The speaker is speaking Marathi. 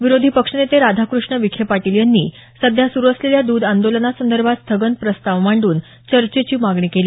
विरोधी पक्षनेते राधाकृष्ण विखे पाटील यांनी सध्या सुरु असलेल्या द्ध आंदोलना संदर्भात स्थगन प्रस्ताव मांडून चर्चेची मागणी केली